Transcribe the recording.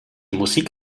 musik